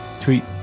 tweet